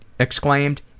Exclaimed